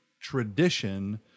tradition